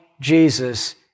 Jesus